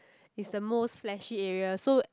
is the most fleshy area so